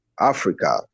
Africa